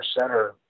center